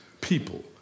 people